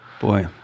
Boy